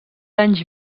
anys